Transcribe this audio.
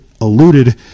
alluded